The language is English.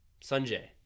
Sanjay